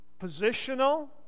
Positional